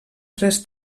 tres